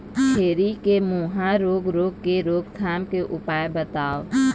छेरी के मुहा रोग रोग के रोकथाम के उपाय बताव?